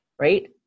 right